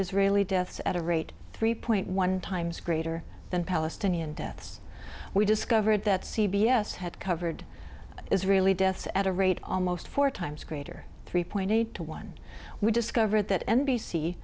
israeli deaths at a rate of three point one times greater than palestinian deaths we discovered that c b s had covered israeli deaths at a rate almost four times greater three point eight to one we discovered that n